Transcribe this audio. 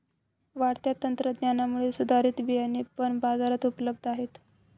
वाढत्या तंत्रज्ञानामुळे सुधारित बियाणे पण बाजारात उपलब्ध आहेत